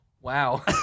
wow